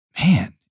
man